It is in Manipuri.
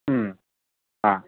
ꯎꯝ ꯑꯥ